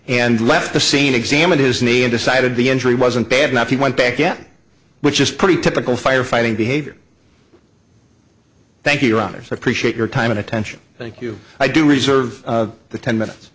and left the scene examined his knee and decided the injury wasn't bad enough he went back again which is pretty typical firefighting behavior thank you runners appreciate your time and attention thank you i do reserve the ten minutes